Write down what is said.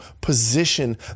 position